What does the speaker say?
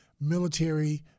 military